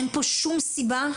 אין פה שום סיבה,